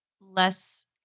less